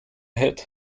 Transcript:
hit